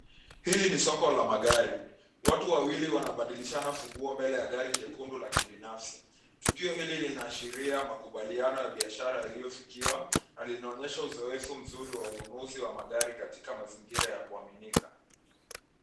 Hili ni soko la magari, watu wawili wanabadilishana funguo mbele ya gari jekundu la kibinafsi , tukio hili linaashiria makubaliano ya biashara yaliyofikiwa na linaonyesha uzoefu mzuri wa ununuzi wa magari katika mazingira ya kuaminika.